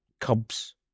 Cubs